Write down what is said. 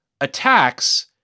attacks